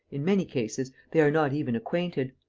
in many cases, they are not even acquainted.